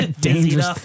Dangerous